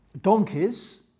donkeys